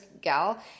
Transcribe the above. gal